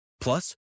Plus